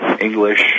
English